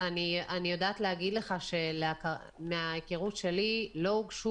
אני יודעת להגיד לך שמההיכרות שלי לא הוגשו